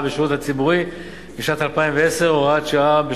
בשירות הציבורי בשנת 2010 (הוראת שעה).